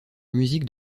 musiques